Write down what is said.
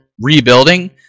rebuilding